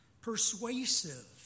persuasive